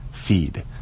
feed